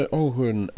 ogen